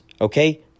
Okay